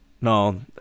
No